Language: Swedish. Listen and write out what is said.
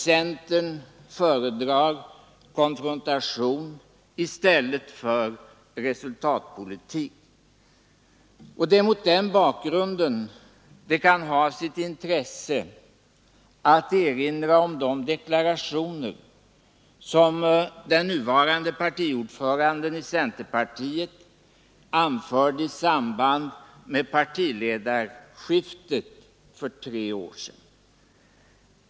Centern föredrar konfrontation i stället för resultatpolitik. Det kan mot den bakgrunden ha sitt intresse att erinra om de deklarationer som den nuvarande ordföranden i centerpartiet anförde i samband med partiledarskiftet för tre år sedan.